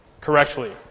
correctly